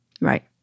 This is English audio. Right